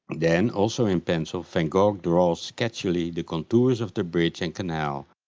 then, also in pencil, van gogh draws sketchily the contours of the bridge and canal.